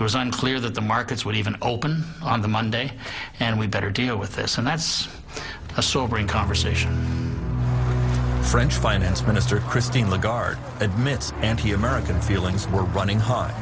it was unclear that the markets would even open on the monday and we better deal with this and that's a sobering conversation french finance minister christine legarde admits and here american feelings were running h